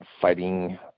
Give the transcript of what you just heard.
fighting